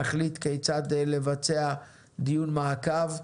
נחליט כיצד לבצע דיון מעקב.